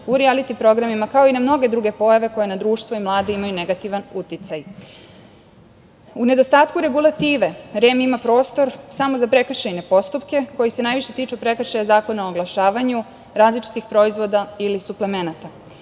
u rijalitih programima, kao i na mnoge druge pojave koje na društvo i mladi imaju negativan uticaj.U nedostatku regulative REM ima prostor samo za prekršajne postupke koji se najviše tiču prekršaja Zakona o oglašavanju različitih proizvoda ili suplemenata.Zašto